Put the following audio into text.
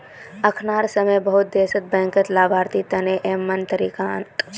अखनार समय बहुत देशत बैंकत लाभार्थी तने यममन तरीका आना छोक